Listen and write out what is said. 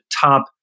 top